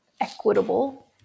equitable